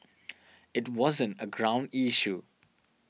it wasn't a ground issue